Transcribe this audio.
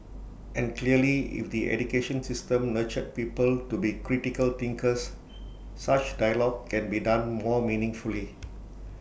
and clearly if the education system nurtured people to be critical thinkers such dialogue can be done more meaningfully